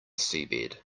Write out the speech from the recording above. seabed